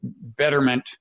Betterment